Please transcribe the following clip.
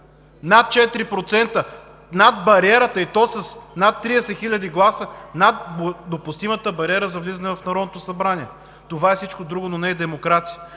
Над 4%, над бариерата, и то с 30 хиляди гласа над допустимата бариера за влизане в Народното събрание. Това е всичко друго, но не и демокрация.